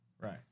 Right